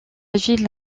ville